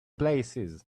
places